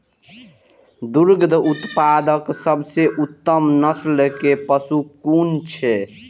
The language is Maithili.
दुग्ध उत्पादक सबसे उत्तम नस्ल के पशु कुन छै?